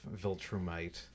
viltrumite